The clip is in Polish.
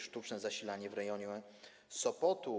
Sztuczne zasilanie w rejonie Sopotu.